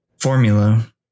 formula